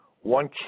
One